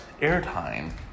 airtime